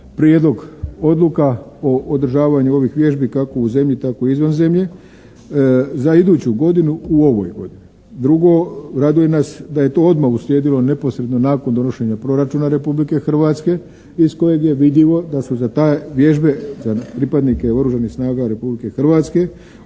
prijedlog odluka o održavanju ovih vježbi, kako u zemlji tako i izvan zemlje za iduću godinu u ovoj godini. Drugo, raduje nas da je to odma uslijedilo neposredno nakon donošenja Proračuna Republike Hrvatske iz kojeg je vidljivo da su za taj, vježbe, za pripadnike Oružanih snaga Republike Hrvatske